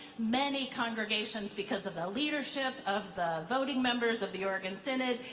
many congregations, because of the leadership of the voting members of the oregon synod,